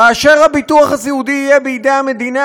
כאשר הביטוח הסיעודי יהיה בידי המדינה,